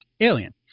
Alien